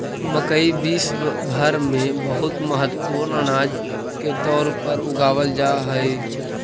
मकई विश्व भर में बहुत महत्वपूर्ण अनाज के तौर पर उगावल जा हई